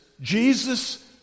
Jesus